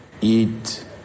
eat